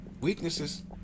Weaknesses